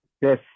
Yes